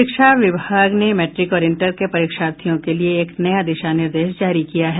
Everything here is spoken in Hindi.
शिक्षा विभाग ने मैट्रिक और इंटर के परीक्षार्थियों के लिए एक नया दिशा निर्देश जारी किया है